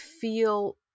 feel